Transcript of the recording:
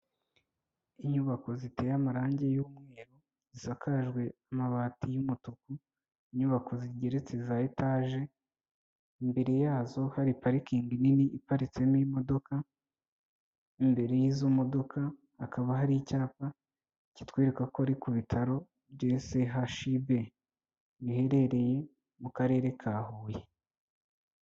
Inyubako ziteye amarangi y'umweru, zisakajwe amabati y'umutuku, inyubako zigeretse za etaje, imbere yazo hari parikingi nini iparitsemo imodoka, imbere y'izo modoka hakaba hari icyapa kitwereka ko ari ku bitaro bya CHUB biherereye mu karere ka Huye.